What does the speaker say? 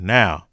now